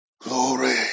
glory